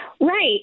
Right